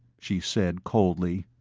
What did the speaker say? she said coldly.